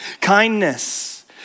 kindness